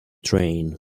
train